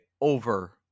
over